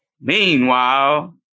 Meanwhile